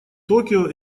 токио